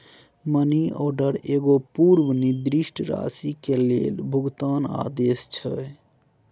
money order एगो पूर्व निर्दिष्ट राशि के लेल भुगतान आदेश छै